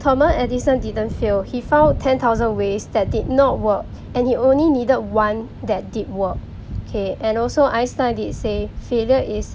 thomas edison didn't fail he found ten thousand ways that did not work and he only needed one that did work okay and also einstein did say failure is